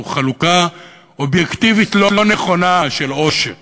חלוקה אובייקטיבית לא נכונה של עושר,